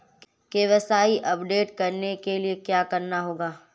KYC update करने के लिए क्या करना होगा?